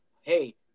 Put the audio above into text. Hey